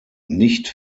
nicht